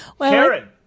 Karen